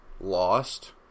Lost